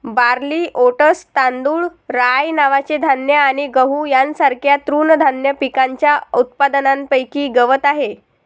barley, oats, तांदूळ, rye नावाचे धान्य आणि गहू यांसारख्या तृणधान्य पिकांच्या उत्पादनापैकी गवत आहे